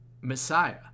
messiah